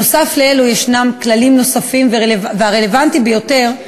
נוסף על אלו יש כללים נוספים, והרלוונטי ביותר הוא